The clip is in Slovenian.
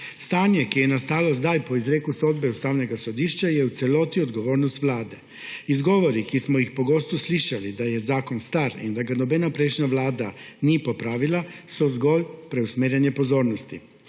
Stanje, ki je nastalo zdaj, po izreku sodbe Ustavnega sodišča, je v celoti odgovornost Vlade. Izgovori, ki smo jih pogosto slišali – da je zakon star in da ga nobena prejšnja vlada ni popravila – so zgolj preusmerjanje pozornosti.